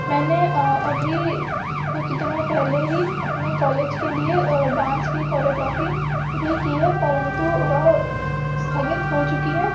मैंने अभी कुछ दिनों पहले ही अपने कॉलेज के लिए डांस की कोरियोग्राफी भी की है परंतु वह स्थगित हो चुकी है